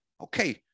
okay